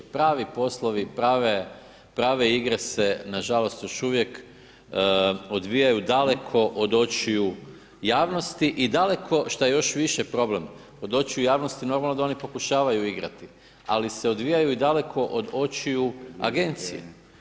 Pravi poslovi, prave igre se nažalost još uvijek odvijaju daleko od očiju javnosti daleko što je još više problem, od očiju javnost, normalno da oni pokušavaju igrati ali se odvijaju i daleko od očiju agencije.